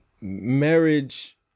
marriage